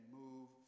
move